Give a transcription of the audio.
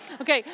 okay